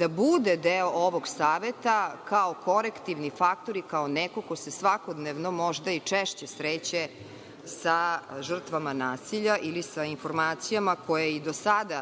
da bude deo ovog saveta kao korektivni faktor i kao neko ko se svakodnevno, možda i češće sreće sa žrtvama nasilja ili sa informacijama koje je i do sada